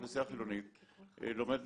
האוכלוסייה החילונית לומדת